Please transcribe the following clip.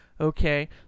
Okay